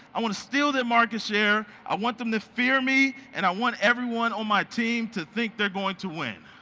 i want to steal their market share. i want them to fear me and i want everyone on my team to think they're going to win.